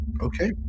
Okay